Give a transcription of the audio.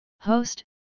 Host